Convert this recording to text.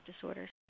disorders